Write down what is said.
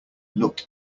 looked